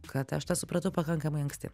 kad aš tą supratau pakankamai anksti